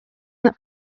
that